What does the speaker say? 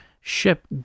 ship